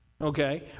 okay